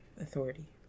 authority